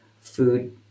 food